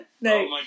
No